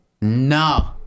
No